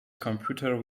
computer